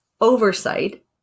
oversight